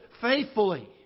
faithfully